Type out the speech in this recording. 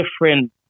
different